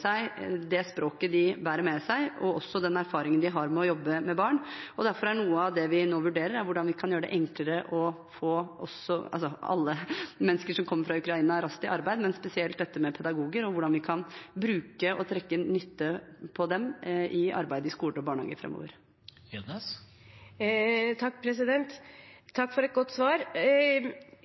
seg av det språket de bærer med seg, og den erfaringen de har med å jobbe med barn. Derfor er noe av det vi nå vurderer, hvordan vi kan gjøre det enklere å få alle mennesker som kommer fra Ukraina, raskt ut i arbeid, men spesielt pedagogene – hvordan vi kan bruke og nyttiggjøre oss av dem i arbeidet i skoler og barnehager framover. Takk for et godt svar.